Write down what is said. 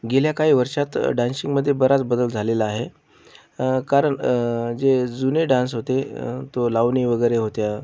गेल्या काही वर्षात डान्सिंगमध्ये बराच बदल झालेला आहे कारण जे जुने डान्स होते तो लावणी वगैरे होत्या